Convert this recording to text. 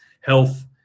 health